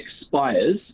expires